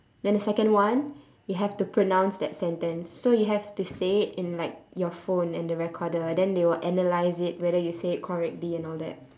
then the second one you have to pronounce that sentence so you have to say it in like your phone in then recorder and then they will analyze it whether you say it correctly and all that